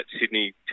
Sydney